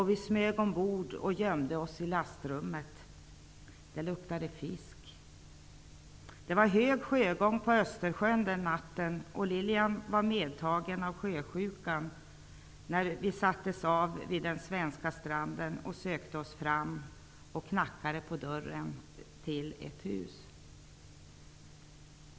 Vi smög ombord och gömde oss i lastrummet. Det luktade fisk. Det var hög sjögång på Östersjön den natten. Lilian var medtagen av sjösjukan när vi sattes av vid den svenska stranden och sökte oss fram och knackade på dörren till ett hus.